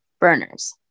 burners